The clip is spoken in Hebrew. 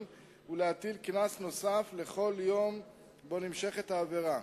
ולהטיל קנס נוסף בגין כל יום שבו נמשכת העבירה.